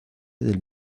del